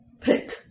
pick